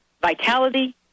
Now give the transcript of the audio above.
vitality